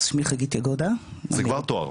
שמי חגית יגודה --- זה כבר תואר.